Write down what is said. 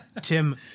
tim